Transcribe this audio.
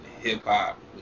hip-hop